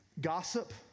Gossip